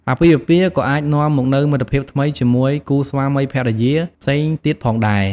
អាពាហ៍ពិពាហ៍ក៏អាចនាំមកនូវមិត្តភាពថ្មីជាមួយគូស្វាមីភរិយាផ្សេងទៀតផងដែរ។